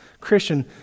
Christian